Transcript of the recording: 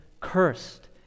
cursed